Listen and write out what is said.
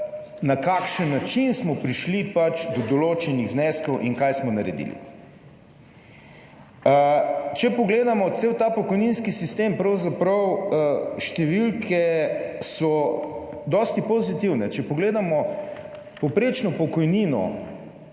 na kakšen način smo prišli do določenih zneskov in kaj smo naredili. Če pogledamo cel ta pokojninski sistem, so pravzaprav številke dosti pozitivne. Če pogledamo povprečno pokojnino,